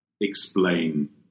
explain